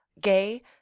gay